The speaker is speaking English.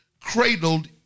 cradled